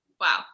wow